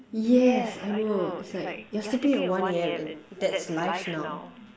yes I know it's like you're sleeping at one A_M and that's life now